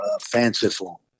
fanciful